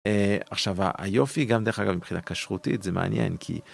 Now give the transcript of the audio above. עכשיו היופי גם דרך אגב מבחינה כשרותית זה מעניין כי.